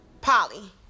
Polly